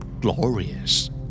Glorious